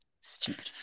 Stupid